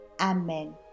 Amen